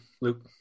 Luke